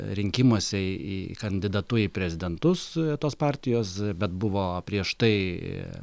rinkimuose į kandidatu į prezidentus tos partijos bet buvo prieš tai